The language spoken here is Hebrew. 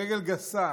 ברגל גסה,